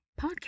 podcast